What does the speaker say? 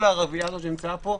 כל הרביעייה שנמצאת פה,